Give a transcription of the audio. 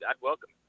welcome